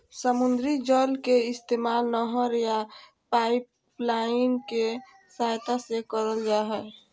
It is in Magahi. समुद्री जल के इस्तेमाल नहर या पाइपलाइन के सहायता से करल जा हय